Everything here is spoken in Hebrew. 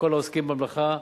לכל העוסקים במלאכה,